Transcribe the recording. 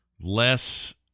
less